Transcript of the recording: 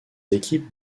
équipes